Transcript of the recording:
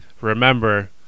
remember